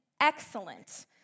excellent